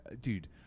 Dude